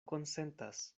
konsentas